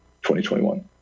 2021